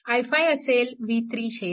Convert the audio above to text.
i5 असेल v3 5